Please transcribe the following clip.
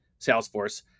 Salesforce